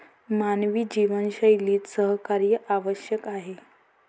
मानवी जीवनशैलीत सहकार्य आवश्यक आहे